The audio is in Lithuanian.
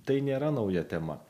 tai nėra nauja tema